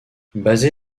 basé